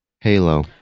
Halo